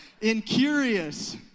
incurious